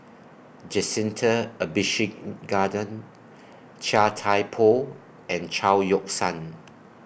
Jacintha Abisheganaden Chia Thye Poh and Chao Yoke San